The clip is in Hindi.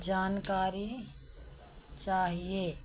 जानकारी चाहिए